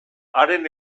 haren